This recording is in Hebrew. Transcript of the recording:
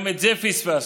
גם את זה פספסנו.